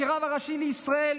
כרב הראשי לישראל,